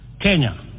Kenya